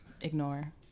ignore